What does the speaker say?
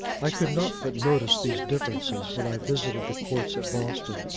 i could not but notice these differences, when i visited the courts at boston.